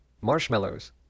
marshmallows